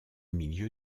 milieu